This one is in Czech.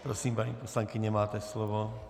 Prosím, paní poslankyně, máte slovo.